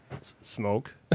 smoke